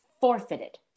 forfeited